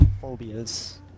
phobias